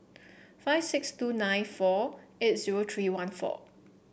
five six two nine four eight zero three one four